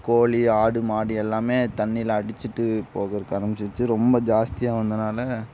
கோழி ஆடு மாடு எல்லாமே தண்ணியில் அடிச்சுட்டு போகிறக்கு ஆரம்பிச்சிருச்சு ரொம்ப ஜாஸ்தியாக வந்ததனால